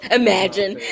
imagine